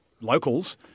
locals